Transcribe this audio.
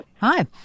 Hi